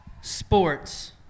sports